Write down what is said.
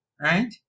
Right